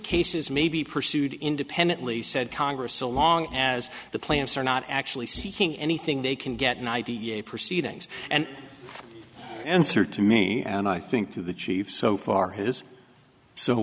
cases may be pursued independently said congress so long as the plants are not actually seeking anything they can get an idea a proceedings and answer to me and i think the chief so far has so